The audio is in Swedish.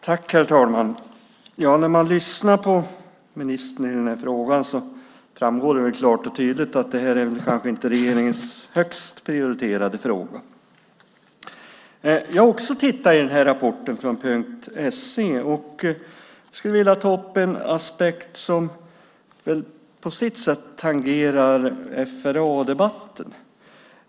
Herr talman! När man lyssnar på ministern i den här frågan framgår det klart och tydligt att det här kanske inte är regeringens högst prioriterade fråga. Jag har också tittat i den här rapporten från .SE, och jag skulle vilja ta upp en aspekt som på sitt sätt tangerar FRA-debatten.